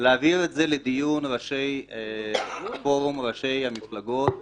ההחלטה לדיון בפורום ראשי מפלגות הקואליציה.